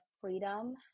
freedom